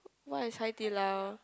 what is Hai-Di-Lao